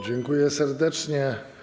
Dziękuję serdecznie.